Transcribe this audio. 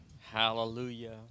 Hallelujah